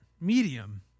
medium